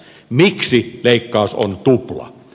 miksi leikkaus on tupla